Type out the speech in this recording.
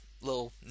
little